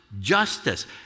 justice